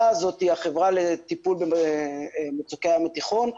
הזאת זה החברה לטיפול במצוקי הים התיכון.